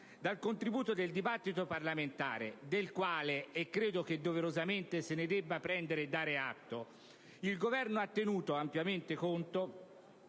dal contributo del dibattito parlamentare del quale (e credo che doverosamente se ne debba prendere e dare atto), il Governo ha tenuto ampiamente conto